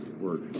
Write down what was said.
work